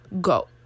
Go